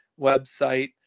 website